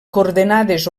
coordenades